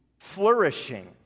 flourishing